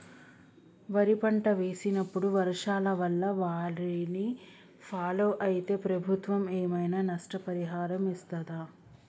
వరి పంట వేసినప్పుడు వర్షాల వల్ల వారిని ఫాలో అయితే ప్రభుత్వం ఏమైనా నష్టపరిహారం ఇస్తదా?